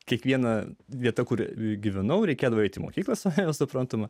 kiekviena vieta kuria gyvenau reikėdavo eiti į mokyklas aha suprantama